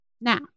Now